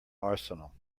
arsenal